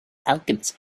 alchemist